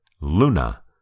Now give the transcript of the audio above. Luna